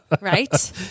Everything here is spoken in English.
right